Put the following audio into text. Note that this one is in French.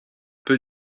peu